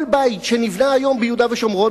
כל בית שנבנה היום ביהודה ושומרון,